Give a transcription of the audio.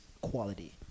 quality